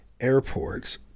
airports